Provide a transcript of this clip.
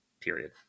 Period